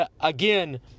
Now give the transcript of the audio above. again